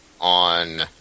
on